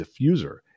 diffuser